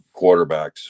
quarterbacks